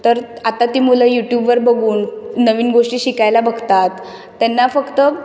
तर आता ती मूलं युटूबवर बघून नवीन गोष्टी शिकायला बघतात त्यांना फक्त